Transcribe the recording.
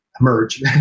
emerge